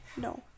No